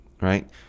right